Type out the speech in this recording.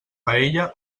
paella